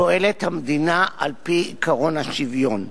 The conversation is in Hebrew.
המדינה פועלת על-פי עקרון השוויון,